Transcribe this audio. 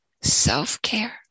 self-care